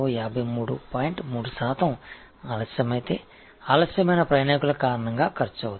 3 சதவிகிதம் தாமதமான பயணிகள் தாமதத்தால் செலவாகும்